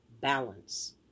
balance